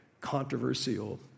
controversial